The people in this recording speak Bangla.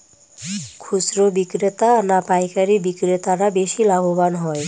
খুচরো বিক্রেতা না পাইকারী বিক্রেতারা বেশি লাভবান হয়?